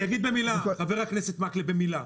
אני אגיד במילה, חבר הכנסת מקלב במילה,